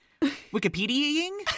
Wikipedia-ing